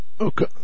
Okay